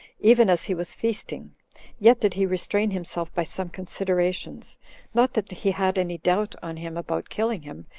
even as he was feasting yet did he restrain himself by some considerations not that he had any doubt on him about killing him,